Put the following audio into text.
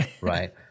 right